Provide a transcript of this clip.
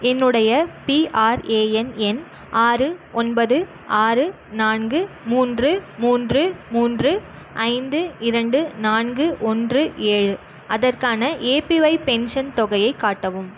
என்னுடைய பிஆர்ஏஎன் எண் ஆறு ஒன்பது ஆறு நான்கு மூன்று மூன்று மூன்று ஐந்து இரண்டு நான்கு ஒன்று ஏழு அதற்கான ஏபிஒய் பென்ஷன் தொகையைக் காட்டவும்